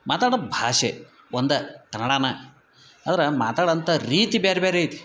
ಮಾತಡೋ ಭಾಷೆ ಒಂದಾ ಕನ್ನಡನ ಆದ್ರ ಮಾತಡಂಥಾ ರೀತಿ ಬ್ಯಾರೆ ಬ್ಯಾರೈತಿ